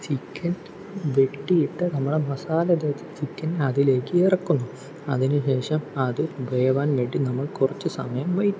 chicken വെട്ടിയിട്ട നമ്മുടെ മസാല തേച്ച ചിക്കൻ അതിലേക്ക് ഇറക്കുന്നു അതിനുശേഷം അത് വേവാൻ വേണ്ടി നമ്മൾ കുറച്ചു സമയം